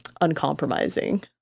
uncompromising